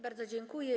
Bardzo dziękuję.